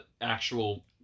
actual